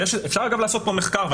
אפשר אגב לעשות פה מחקר,